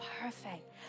perfect